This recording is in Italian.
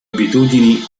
abitudini